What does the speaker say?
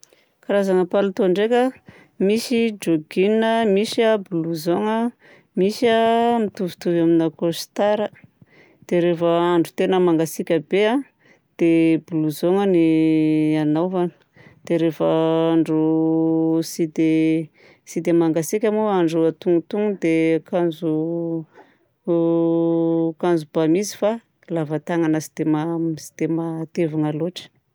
Karazagna palitao ndraika a misy jogging a, misy blouson a, misy mitovitovy amina costard. Dia reva andro tena mangatsiaka be a dia blouson ny anaovana. Dia reva andro tsy dia tsy dia mangatsiaka moa andro antonontonony dia akanjo akanjo ba mi izy fa lava tagnana tsy dia ma- tsy dia matevina loatra.